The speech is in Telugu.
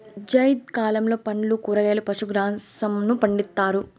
జైద్ కాలంలో పండ్లు, కూరగాయలు, పశు గ్రాసంను పండిత్తారు